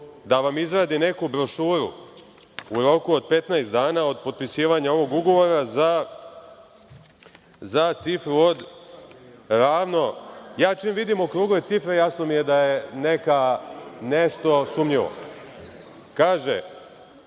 da vam izradi neku brošuru u roku od 15 dana od potpisivanja ovog ugovora za cifru od ravno, ja čim vidim okrugle cifre jasno mi je da je nešto sumnjivo, kaže